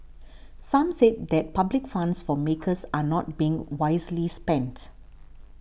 some said that public funds for makers are not being wisely spent